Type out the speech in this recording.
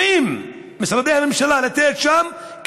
משרדי הממשלה מנועים מלתת שם,